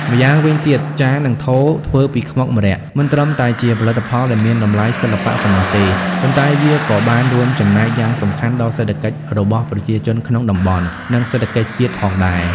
ម្យ៉ាងវិញទៀតចាន និងថូធ្វើពីខ្មុកម្រ័ក្សណ៍ មិនត្រឹមតែជាផលិតផលដែលមានតម្លៃសិល្បៈប៉ុណ្ណោះទេ ប៉ុន្តែវាក៏បានរួមចំណែកយ៉ាងសំខាន់ដល់សេដ្ឋកិច្ចរបស់ប្រជាជនក្នុងតំបន់ និងសេដ្ឋកិច្ចជាតិផងដែរ។